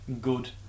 good